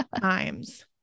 times